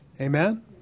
Amen